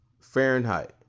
Fahrenheit